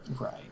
Right